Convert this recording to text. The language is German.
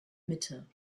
mitte